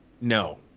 No